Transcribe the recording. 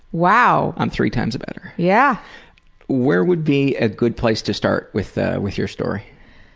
wow! i'm three times better. yeah where would be a good place to start with ah with your story?